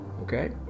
okay